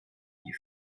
die